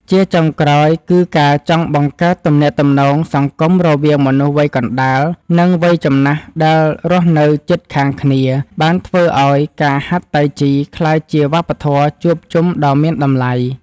ជាចុងក្រោយ គឺការចង់បង្កើតទំនាក់ទំនងសង្គមរវាងមនុស្សវ័យកណ្ដាល និងវ័យចំណាស់ដែលរស់នៅជិតខាងគ្នា បានធ្វើឱ្យការហាត់តៃជីក្លាយជាវប្បធម៌ជួបជុំដ៏មានតម្លៃ។